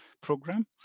program